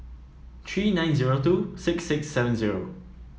three nine zero two six six seven zero